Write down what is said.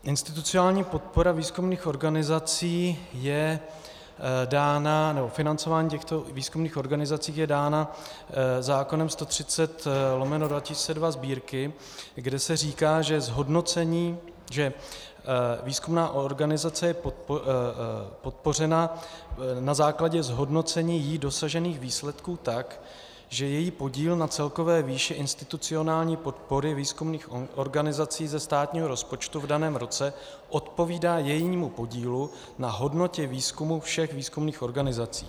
Institucionální podpora výzkumných organizací je dána nebo financování těchto výzkumných organizací je dáno zákonem 130/2002 Sb., kde se říká, že výzkumná organizace je podpořena na základě zhodnocení jí dosažených výsledků tak, že její podíl na celkové výši institucionální podpory výzkumných organizací ze státního rozpočtu v daném roce odpovídá jejímu podílu na hodnotě výzkumu všech výzkumných organizací.